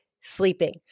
sleeping